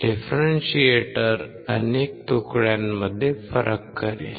differentiator अनेक तुकड्यांमध्ये फरक करेल